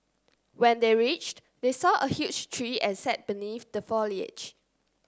when they reached they saw a huge tree and sat beneath the foliage